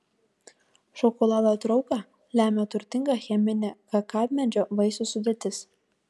šokolado trauką lemia turtinga cheminė kakavmedžio vaisių sudėtis